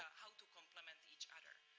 how to complement each other.